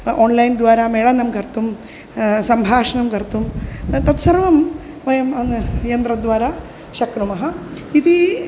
online द्वारा मेलनं कर्तुं सम्भाषणं कर्तुं तत्सर्वं वयं यन्त्रद्वारा शक्नुमः इति